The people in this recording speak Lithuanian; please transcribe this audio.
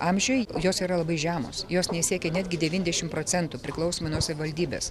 amžiui jos yra labai žemos jos nesiekia netgi devyniasdešim procentų priklausomai nuo savivaldybės